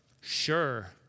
sure